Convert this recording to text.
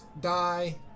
die